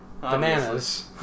Bananas